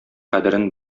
кадерен